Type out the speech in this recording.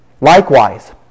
Likewise